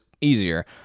easier